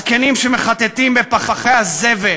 הזקנים שמחטטים בפחי הזבל